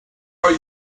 are